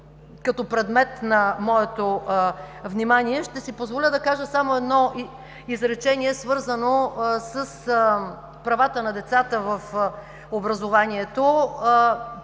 като предмет на моето внимание. Ще си позволя да кажа само едно изречение, свързано с правата на децата в образованието.